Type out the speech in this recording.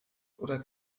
oder